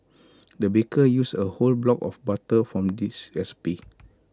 the baker used A whole block of butter for this recipe